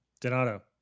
Donato